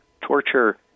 torture